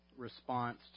Response